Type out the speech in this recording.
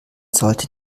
sollte